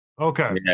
okay